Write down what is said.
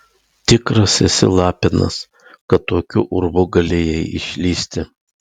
tikras esi lapinas kad tokiu urvu galėjai išlįsti